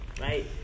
right